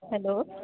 hello